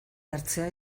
hartzea